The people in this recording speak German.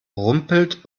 rumpelt